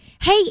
Hey